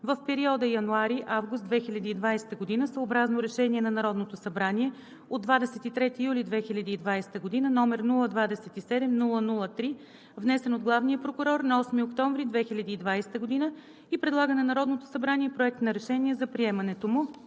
в периода януари – август 2020 г., съобразно решение на Народното събрание от 23 юли 2020 г., № 027-00-3, внесен от главния прокурор на 8 октомври 2020 г., и предлага на Народното събрание Проект на решение за приемането му.